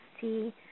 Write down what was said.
see